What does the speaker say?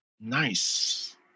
Nice